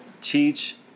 teach